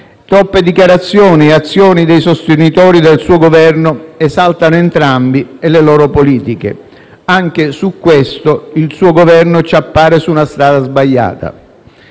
Troppe dichiarazioni e azioni dei sostenitori del suo Governo esaltano entrambi e le loro politiche. Anche su questo il suo Governo ci appare su una strada sbagliata.